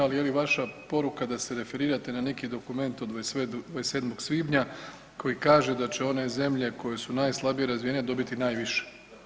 Ali je li vaša poruka da se referirate na neki dokument od 27. svibnja koji kaže da će one zemlje koje su najslabije razvijene dobiti najviše?